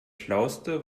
schlauste